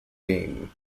game